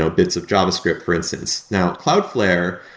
so bits of javascript for instance. now, cloudflare,